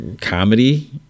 comedy